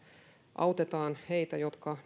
autetaan heitä jotka